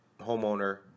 homeowner